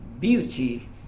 beauty